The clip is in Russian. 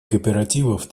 кооперативов